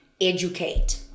educate